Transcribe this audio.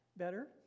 Better